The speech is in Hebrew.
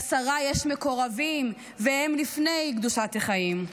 לשרה יש מקורבים והם לפני קדושת החיים.